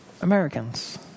Americans